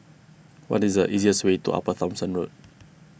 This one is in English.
what is the easiest way to Upper Thomson Road